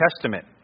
Testament